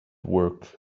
work